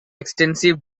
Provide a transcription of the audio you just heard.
extensive